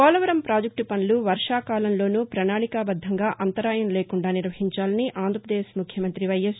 Polavaram project పనులు వర్వాకాలంలోనూ పణాళికా బద్దంగా అంతరాయం లేకుండా నిర్వహించాలని ఆంధ్రప్రదేశ్ ముఖ్యమంతి వైఎస్